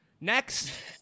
next